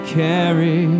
carry